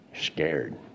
scared